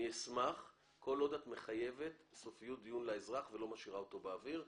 אני אשמח כל עוד את מחייבת סופיות דיון לאזרח ולא משאירה אותו באוויר.